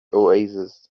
oasis